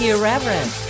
Irreverent